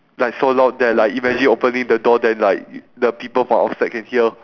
like so loud that like imagine opening the door then like the people from outside can hear